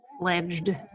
Fledged